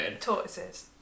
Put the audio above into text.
Tortoises